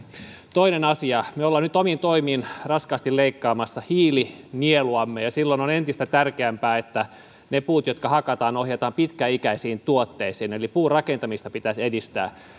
toinen asia me olemme nyt omin toimin raskaasti leikkaamassa hiilinieluamme ja silloin on entistä tärkeämpää että ne puut jotka hakataan ohjataan pitkäikäisiin tuotteisiin eli puurakentamista pitäisi edistää